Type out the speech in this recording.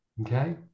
Okay